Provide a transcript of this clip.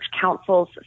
Council's